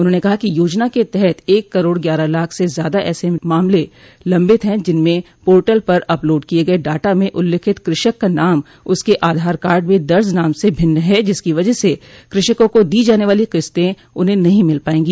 उन्होंने कहा कि योजना के तहत एक करोड़ ग्यारह लाख से ज़्यादा ऐसे मामले लम्बित है जिनमें पोर्टल पर अपलोड किये गये डाटा में उल्लिखित कृषक का नाम उसके आधार कार्ड में दर्ज नाम से भिन्न है जिसकी वजह से कृषकों को दी जाने वाली किस्ते उन्हें नहीं मिल पायेंगी